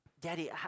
Daddy